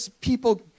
people